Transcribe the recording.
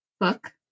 book